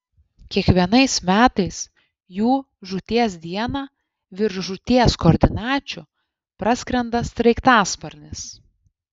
kiekvienais metais jų žūties dieną virš žūties koordinačių praskrenda sraigtasparnis